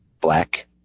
black